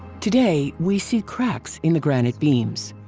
today we see cracks in the granite beams.